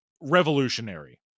revolutionary